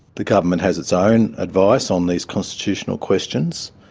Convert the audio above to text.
the government has its own advice on these constitutional questions.